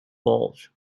bulge